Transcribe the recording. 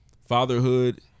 Fatherhood